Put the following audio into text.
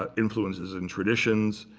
ah influences and traditions.